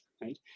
right